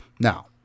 Now